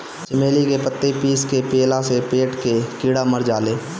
चमेली के पतइ पीस के पियला से पेट के कीड़ा मर जाले